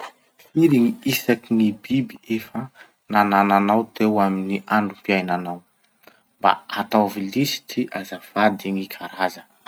Firy gny isakin'ny biby efa nanananao teo amin'ny androm-piainanao? Mba ataovo lisitry azafady gny karazany.